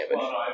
damage